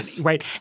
right